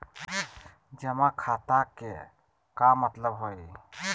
जमा खाता के का मतलब हई?